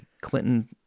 Clinton